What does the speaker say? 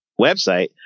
website